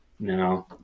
No